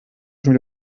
schon